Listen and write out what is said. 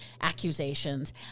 accusations